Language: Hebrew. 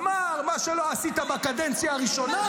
אמר: מה שלא עשית בקדנציה הראשונה,